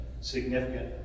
significant